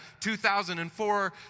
2004